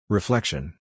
Reflection